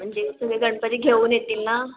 म्हणजे तुम्ही गणपती घेऊन येतील ना